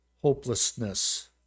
hopelessness